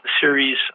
series